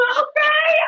okay